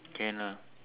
can lah